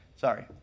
sorry